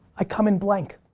i come in blank.